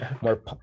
more